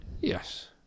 Yes